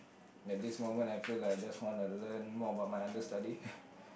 at this moment I feel like I just want to learn more about my understudy